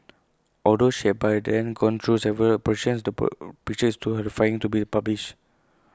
although she had by then gone through several operations to per picture is too horrifying to be published